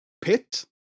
pit